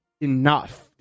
enough